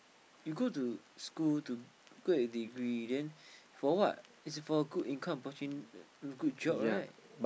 you go to school to get a degree then for what it's for a good income opportunity good job right